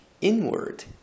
inward